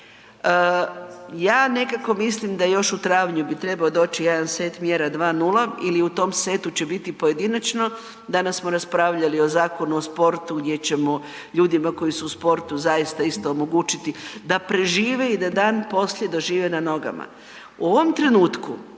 ja nekako mislim da još u travnju bi trebao doć još jedan set mjera 2, 0 ili u tom setu će biti pojedinačno. Danas smo raspravljali o Zakonu o sportu gdje ćemo ljudima koji su u sportu omogućiti da prežive i da dan poslije dožive na nogama. U ovom trenutku